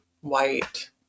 white